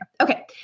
Okay